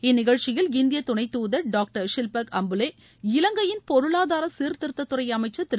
இந்நிகழ்ச்சியில் இந்திய துணைத் தூதர் டாக்டர் ஷில்பக் அம்புலே இலங்கையின் பொருளாதார சீர்திருத்தத்துறை அமைச்சர் திரு